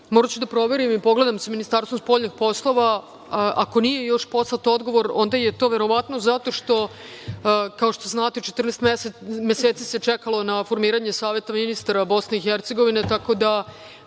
moraću da proverim i pogledam sa Ministarstvom spoljnih poslova. Ako nije još poslat odgovor, onda je to verovatno zato što, kao što znate 14 meseci se čekalo na formiranje Saveta ministara BiH, nismo imali kome